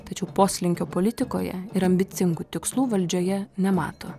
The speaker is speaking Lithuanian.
tačiau poslinkio politikoje ir ambicingų tikslų valdžioje nemato